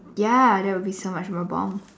ya that will be so much more bomb